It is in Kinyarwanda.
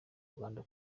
rwanda